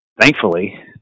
Thankfully